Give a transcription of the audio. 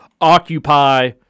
occupy